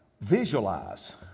visualize